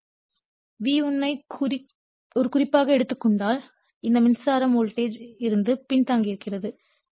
V1 ஐ ஒரு குறிப்பாக எடுத்துக் கொண்டால் இந்த மின்சாரம் வோல்டேஜ் இருந்து பின் தங்கியிருக்கிறது